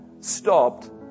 stopped